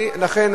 לכן,